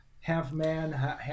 half-man